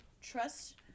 trust